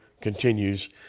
continues